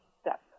step